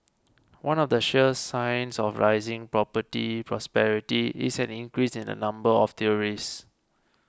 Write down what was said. one of the sure signs of rising property prosperity is an increase in the number of tourists